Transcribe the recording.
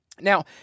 Now